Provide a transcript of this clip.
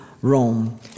Rome